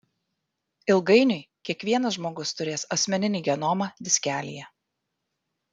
ilgainiui kiekvienas žmogus turės asmeninį genomą diskelyje